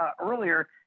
earlier